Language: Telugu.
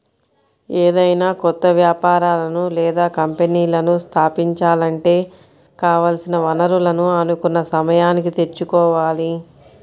ఏదైనా కొత్త వ్యాపారాలను లేదా కంపెనీలను స్థాపించాలంటే కావాల్సిన వనరులను అనుకున్న సమయానికి తెచ్చుకోవాలి